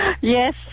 Yes